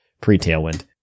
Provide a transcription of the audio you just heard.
pre-tailwind